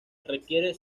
requiere